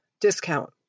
discount